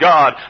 God